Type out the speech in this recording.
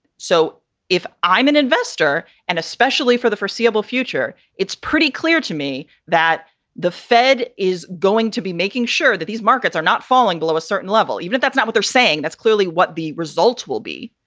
so if i'm an investor, and especially for the foreseeable future, it's pretty clear to me that the fed is going to be making sure that these markets are not falling below a certain level, even if that's not what they're saying. that's clearly what the results will be.